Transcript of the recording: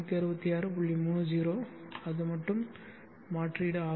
30 அது மட்டுமே மாற்று ஆகும்